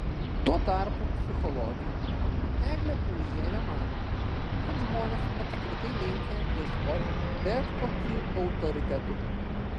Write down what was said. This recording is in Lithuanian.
tuo tarpu psichologė eglė paužienė mano kad žmonės apskritai linkę ieškoti bet kokių autoritetų